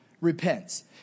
repents